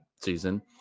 season